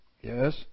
Yes